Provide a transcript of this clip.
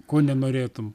ko nenorėtum